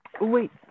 wait